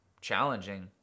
challenging